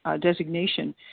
designation